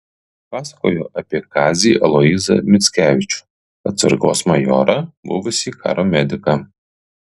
pasakojo apie kazį aloyzą mickevičių atsargos majorą buvusį karo mediką